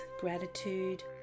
gratitude